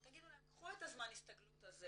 תגידו להם קחו את הזמן הסתגלות על זה,